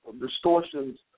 distortions